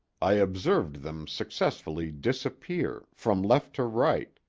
i observed them successively disappear from left to right.